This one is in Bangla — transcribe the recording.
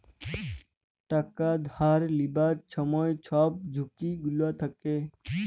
টাকা ধার লিবার ছময় ছব ঝুঁকি গুলা থ্যাকে